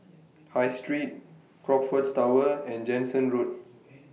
High Street Crockfords Tower and Jansen Road